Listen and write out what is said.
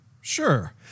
Sure